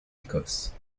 écosse